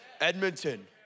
Edmonton